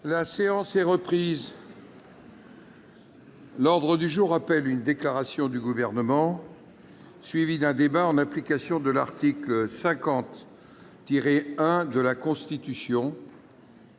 La séance est reprise. L'ordre du jour appelle une déclaration du Gouvernement, suivie d'un débat, en application de l'article 50-1 de la Constitution,